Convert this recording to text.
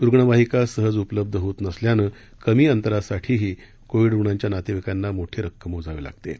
रूग्णवहिका सहज उपलब्ध होत नसल्यानं कमी अंतरासाठीसाठीही कोविड रुग्णांच्या नातेवाईकांना मोठी रक्कम मोजावी लागत आहे